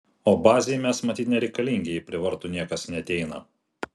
o bazei mes matyt nereikalingi jei prie vartų niekas neateina